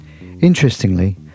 Interestingly